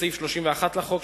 בסעיף 31 לחוק,